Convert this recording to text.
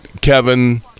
Kevin